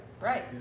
Right